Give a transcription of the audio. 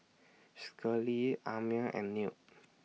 Schley Amir and Newt